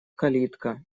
калитка